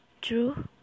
True